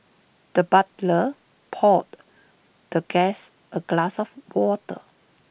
the butler poured the guest A glass of water